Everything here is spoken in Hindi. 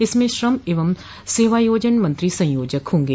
इसमें श्रम एवं सेवायोजन मंत्री संयोजक होंगे